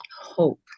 hope